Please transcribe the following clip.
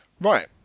right